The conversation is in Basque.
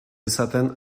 izaten